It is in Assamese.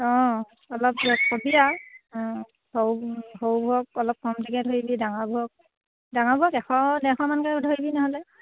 অঁ অলপ কবি আৰু অঁ সৰু সৰুবোৰক অলপ কম তেনেকৈ ধৰিবি ডাঙৰবোৰক ডাঙৰবোৰক এশ ডেৰশমানকৈ ধৰিবি নহ'লে